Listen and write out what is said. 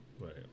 Right